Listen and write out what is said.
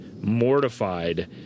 mortified